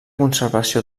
conservació